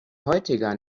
heutiger